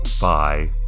Bye